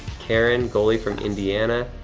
karen golley from indiana.